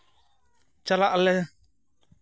ᱪᱟᱞᱟᱜ ᱟᱞᱮ